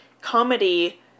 comedy